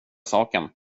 saken